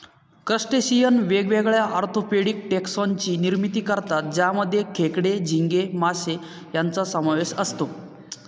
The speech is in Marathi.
क्रस्टेशियन वेगवेगळ्या ऑर्थोपेडिक टेक्सोन ची निर्मिती करतात ज्यामध्ये खेकडे, झिंगे, मासे यांचा समावेश असतो